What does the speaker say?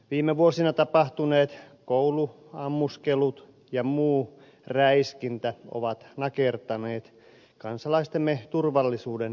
viime vuosina tapahtuneet kouluammuskelut ja muu räiskintä ovat nakertaneet kansalaistemme turvallisuuden tunnetta